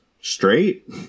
straight